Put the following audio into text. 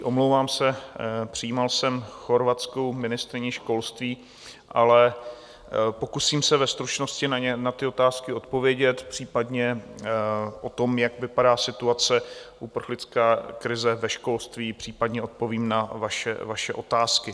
Omlouvám se, přijímal jsem chorvatskou ministryni školství, ale pokusím se ve stručnosti na ty otázky odpovědět, případně o tom, jak vypadá situace uprchlické krize ve školství, případně odpovím na vaše otázky.